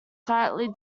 slightly